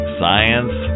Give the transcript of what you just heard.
science